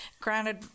granted